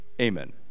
amen